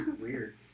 Weird